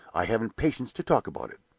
i haven't patience to talk about it!